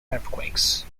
earthquakes